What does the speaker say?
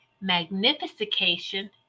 magnification